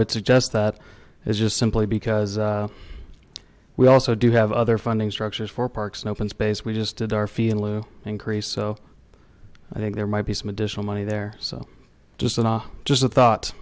would suggest that is just simply because we also do have other funding structures for parks and open space we just are feeling increased so i think there might be some additional money there so just in a just a thought